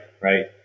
right